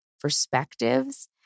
perspectives